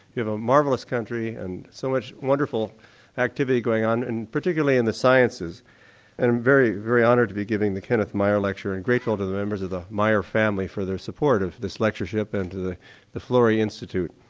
you have a marvellous country and so much wonderful activity going on and particularly in the sciences. i'm very, very honoured to be giving the kenneth myer lecture and grateful to the members of the myer family for their support of this lectureship and to the the florey institute.